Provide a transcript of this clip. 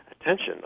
attention